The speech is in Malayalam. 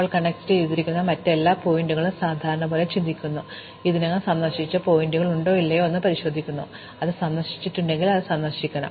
ഇപ്പോൾ കണക്റ്റുചെയ്തിരിക്കുന്ന മറ്റെല്ലാ ശീർഷകങ്ങൾക്കും ഞങ്ങൾ സാധാരണ ചിന്തിക്കുന്നു ഞങ്ങൾ ഇതിനകം സന്ദർശിച്ച ആ ശീർഷകം ഉണ്ടോ ഇല്ലയോ എന്ന് ഞങ്ങൾ പരിശോധിക്കുന്നു അത് സന്ദർശിച്ചില്ലെങ്കിൽ ഞങ്ങൾ അത് സന്ദർശിക്കണം